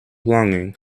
longing